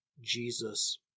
Jesus